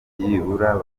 byibura